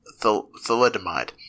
thalidomide